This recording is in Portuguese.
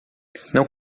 não